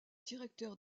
directeur